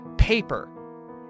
paper